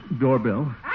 Doorbell